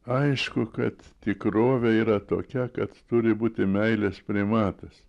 aišku kad tikrovė yra tokia kad turi būti meilės primatas